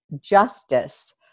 justice